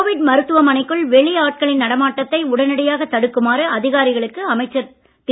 Covid மருத்துவமனைக்குள் வெளி ஆட்களின் நடமாட்டத்தை உடனடியாகத் தடுக்குமாறு அதிகாரிகளுக்கு அமைச்சர் திரு